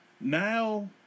now